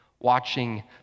watching